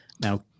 now